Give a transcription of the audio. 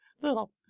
little